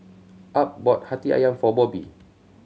Ab bought Hati Ayam for Bobby